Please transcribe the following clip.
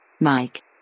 Mike